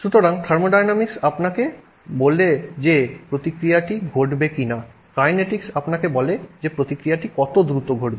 সুতরাং থার্মোডায়নামিক্স আপনাকে বলে যে প্রতিক্রিয়া ঘটবে কি না কাইনেটিকস আপনাকে বলে যে প্রতিক্রিয়াটি কত দ্রুত ঘটবে